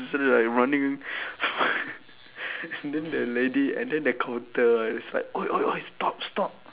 like running and then the lady and then the counter is like !oi! !oi! !oi! stop stop